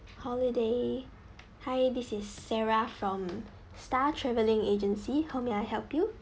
holiday hi this is sarah from star travelling agency how may I help you